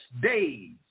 days